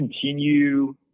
continue